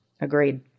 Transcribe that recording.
Agreed